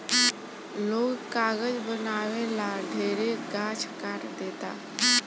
लोग कागज बनावे ला ढेरे गाछ काट देता